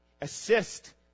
assist